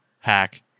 hack